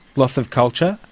loss of culture,